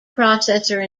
processor